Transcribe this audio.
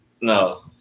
no